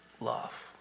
love